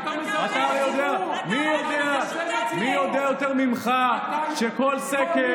אתה הרי יודע, מי יודע יותר ממך שבכל סקר